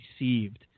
received